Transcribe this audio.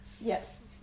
Yes